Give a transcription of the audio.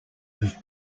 have